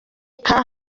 khan